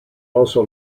also